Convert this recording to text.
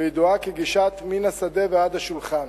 וידועה כגישת "מן השדה ועד השולחן".